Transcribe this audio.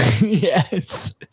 yes